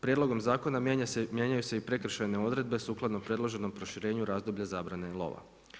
Prijedlogom zakona mijenjaju se i prekršajne odredbe sukladno predloženom proširenju razdoblja zabrane lova.